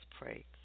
pray